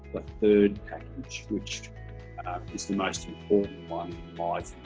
third kind of package which is the most important one ah